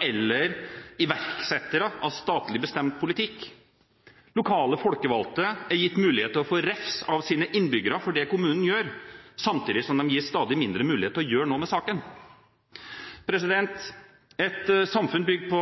eller iverksettere av statlig bestemt politikk: Lokale folkevalgte er gitt mulighet til å få refs av sine innbyggere for det kommunen gjør, samtidig som de gis stadig mindre mulighet til å gjøre noe med saken. Et samfunn bygd på